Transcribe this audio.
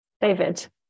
David